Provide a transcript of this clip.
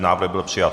Návrh byl přijat.